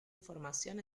información